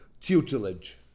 tutelage